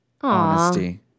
honesty